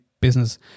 business